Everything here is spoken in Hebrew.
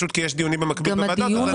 כי יש דיונים מקבילים בוועדות אחרות.